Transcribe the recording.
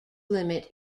limit